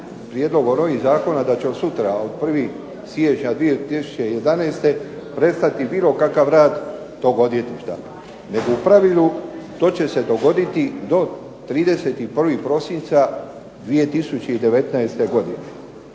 prijedlogom ovih zakona da će od sutra, od 01. siječnja 2011. prestati bilo kakav rad tog odvjetništva nego u pravilu to će se dogoditi do 31. prosinca 2019. godine.